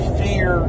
fear